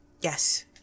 Yes